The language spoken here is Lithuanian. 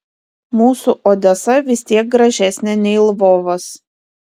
mūsų odesa vis tiek gražesnė nei lvovas